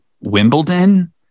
Wimbledon